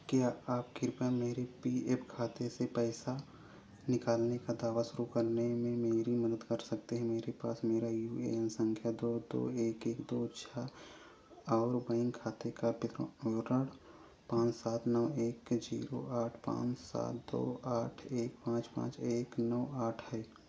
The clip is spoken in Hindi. क्या आप कृपया मेरे पी एफ खाते से पैसा निकालने का दावा शुरू करने में मेरी मदद कर सकते हैं मेरे पास मेरा यू ए एन संख्या दो दो एक एक दो छः और बैंक खाते का विवरण पाँच सात नौ एक जीरो आठ पाँच सात दो आठ एक पाँच पाँच एक नौ आठ है